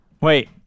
Wait